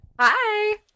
Hi